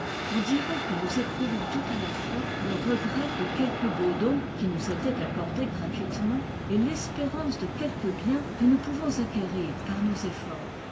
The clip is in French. on dirait que nous éprouvons tout à la fois le regret de quelques beaux dons qui nous étaient accordés gratuitement et l'espérance de quelques biens que nous pouvons acquérir par nos efforts